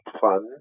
funds